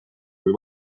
kui